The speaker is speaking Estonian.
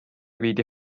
viidi